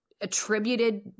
attributed